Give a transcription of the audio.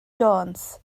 jones